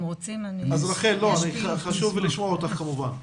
אם רוצים --- חשוב לשמוע אותך כמובן.